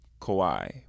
Kawhi